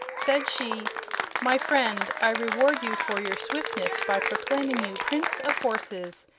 said she my friend, i reward you for your swiftness by proclaiming you prince of horses,